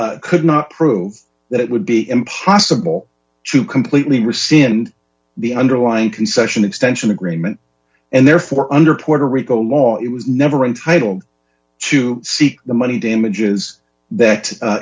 mbak could not prove that it would be impossible to completely rescind the underlying concession extension agreement and therefore under puerto rico law it was never in title to seek the money damages that